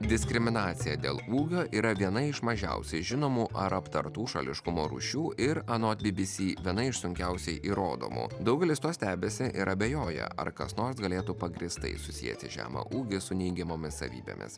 diskriminacija dėl ūgio yra viena iš mažiausiai žinomų ar aptartų šališkumo rūšių ir anot bbc viena iš sunkiausiai įrodomų daugelis tuo stebisi ir abejoja ar kas nors galėtų pagrįstai susieti žemą ūgį su neigiamomis savybėmis